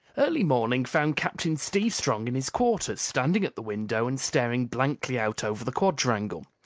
early morning found captain steve strong in his quarters, standing at the window and staring blankly out over the quadrangle.